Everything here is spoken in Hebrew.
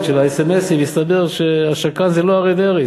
של האס.אם.אסים הסתבר שהשקרן זה לא אריה דרעי,